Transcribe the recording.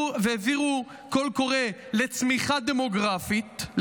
והעבירו קול קורא לצמיחה דמוגרפית,